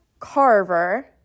Carver